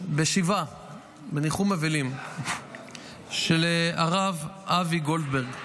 בשבעה לניחום אבלים של הרב אבי גולדברג.